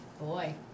Boy